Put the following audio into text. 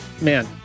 man